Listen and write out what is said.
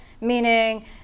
meaning